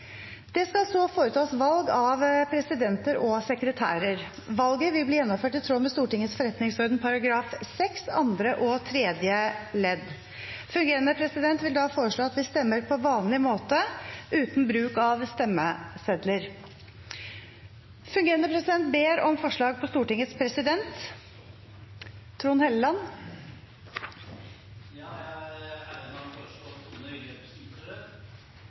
Det skal så foretas valg av presidenter og sekretærer. Valget vil bli gjennomført i tråd med Stortingets forretningsorden § 6, andre og tredje ledd. Fungerende president vil da foreslå at vi stemmer på vanlig måte, uten bruk av stemmesedler. Fungerende president ber om forslag på Stortingets president . Jeg har gleden av å foreslå Tone Wilhelmsen Trøen . Da er